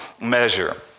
measure